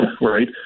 right